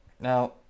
Now